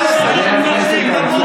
ראית מה הלך שם?